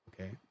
okay